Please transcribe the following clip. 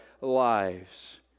lives